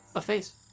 a face.